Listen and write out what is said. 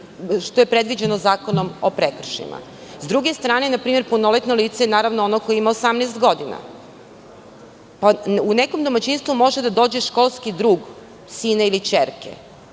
što je predviđeno Zakonom o prekršajima.S druge strane, punoletno lice je, naravno, ono koje ima 18 godina. U nekom domaćinstvu može da dođe školski drug sina ili ćerke